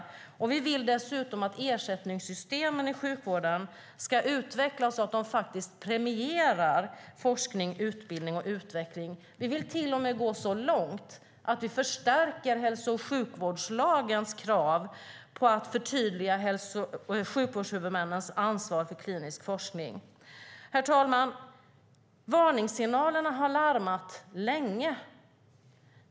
Dessutom vill vi att ersättningssystemen i sjukvården ska utvecklas så att de premierar forskning, utbildning och utveckling. Vi vill till och med gå så långt att vi förstärker hälso och sjukvårdslagens krav om att förtydliga hälso och sjukvårdshuvudmännens ansvar för klinisk forskning. Herr talman! Varningssignalerna har ljudit länge.